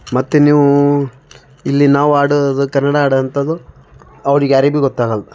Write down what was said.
ಮತ್ತು ನೀವು ಇಲ್ಲಿ ನಾವು ಆಡೋದು ಕನ್ನಡ ಆಡುವಂಥದ್ದು ಅವ್ರಿಗೆ ಯಾರಿಗೂ ಗೊತ್ತಾಗಲ್ದು